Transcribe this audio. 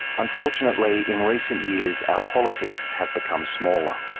unfortunately in recent years our politics have become smaller.